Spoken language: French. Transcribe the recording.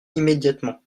immédiatement